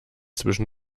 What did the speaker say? zwischen